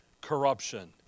corruption